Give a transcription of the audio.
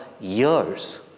years